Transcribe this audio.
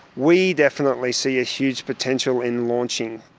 we definitely see a huge potential in launching.